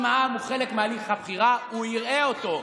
אם העם הוא חלק מהליך הבחירה, הוא יראה אותו.